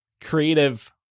creative